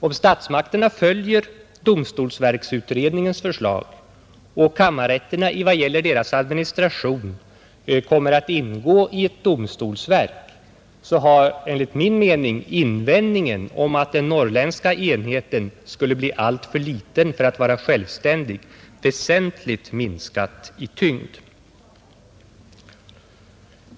Om statsmakterna följer domstolsverksutredningens förslag och kammarrätterna i vad gäller deras administration kommer att ingå i ett domstolsverk har, enligt min mening, invändningen att den norrländska enheten skulle bli alltför liten för att vara självständig väsentligt minskat i tyngd.